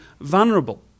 vulnerable